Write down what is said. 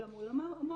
גם מול המועמד.